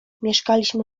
mieszkaliśmy